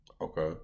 Okay